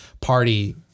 party